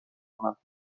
کنم